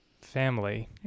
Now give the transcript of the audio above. family